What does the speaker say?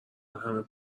همه